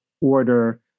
order